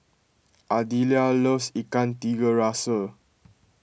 Ardelia loves Ikan Tiga Rasa